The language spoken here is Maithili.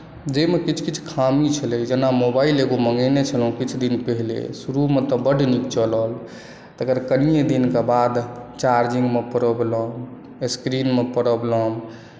जाहिमे किछु किछु खामी छलै जेना मोबाइल एगो मंगेने छलहुँ किछु दिन पहिने शुरुमे तऽ बड नीक चलल तकर कनिये दिनकेँ बाद चार्जिंग मे प्रॉब्लम स्क्रीन मे प्रॉब्लम